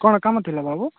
କ'ଣ କାମ ଥିଲା ବାବୁ